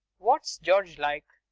what's george like?